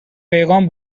پیغام